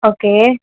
okay